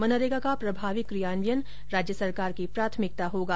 मनरेगा का प्रभावी क्रियान्वयन राज्य सरकार की प्राथमिकता होगा